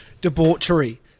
debauchery